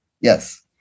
Yes